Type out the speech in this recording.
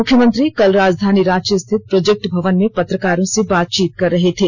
मुख्यमंत्री कल राजधानी रांची स्थित प्रोजेक्ट भवन में पत्रकारों से बातचीत कर रहे थे